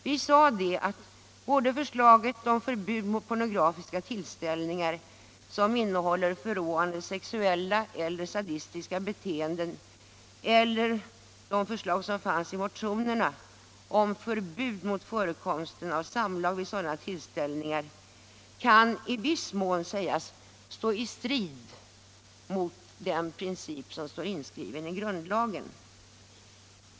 Utskottet anförde att både förslaget om förbud mot pornografiska tillställningar som innehåller förråande sexuella eller sadistiska betcenden och de förslag som fanns i motionerna om förbud mot förekomsten av samlag vid sådana tillställningar i viss mån kunde sägas stå i strid mot den princip som finns inskriven i grundlagen.